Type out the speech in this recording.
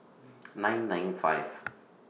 nine nine five